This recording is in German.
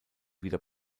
wieder